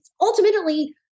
ultimately